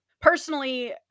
Personally